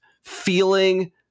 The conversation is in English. feeling